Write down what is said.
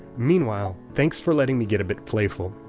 meanwhile, thanks for letting me get a bit playful.